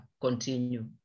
continue